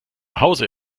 hause